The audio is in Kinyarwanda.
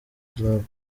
club